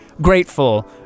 grateful